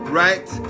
right